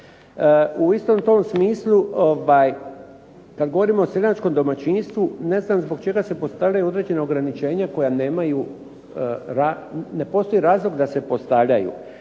U istom tom smislu kada govorimo o seljačkom domaćinstvu, ne znam zbog čega se postavljaju određena ograničenja koja nemaju, ne postoji razlog da se postavljaju.